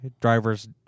drivers